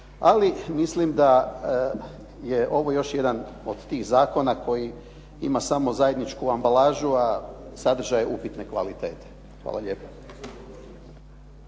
Ali mislim da je ovo još jedan od tih zakona koji ima samo zajedničku ambalažu, a sadržaj je upitne kvalitete. Hvala lijepo.